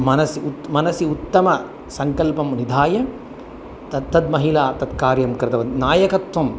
मनसि उत् मनसि उत्तमं सङ्कल्पं निधाय तत्तद् महिला तत् कार्यं कृतवान् नायकत्वम्